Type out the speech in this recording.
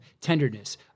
tenderness